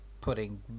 putting